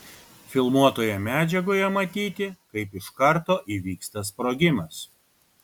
filmuotoje medžiagoje matyti kaip iš karto įvyksta sprogimas